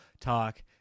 talk